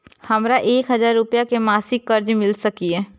हमरा एक हजार रुपया के मासिक कर्ज मिल सकिय?